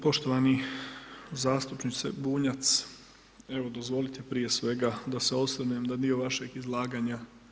Poštovani zastupniče Bunjac, evo dozvolite prije svega da se osvrnem na dio vašeg izlaganja.